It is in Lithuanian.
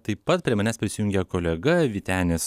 taip pat prie manęs prisijungė kolega vytenis